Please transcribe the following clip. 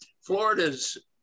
Florida's